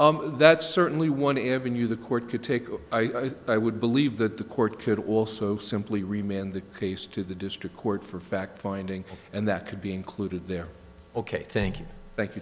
that's certainly one evan you the court could take i would believe that the court could also simply remain the case to the district court for fact finding and that could be included there ok thank you thank you